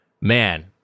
Man